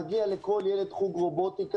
מגיע לכל ילד חוג רובוטיקה,